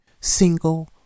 single